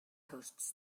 hosts